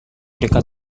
dekat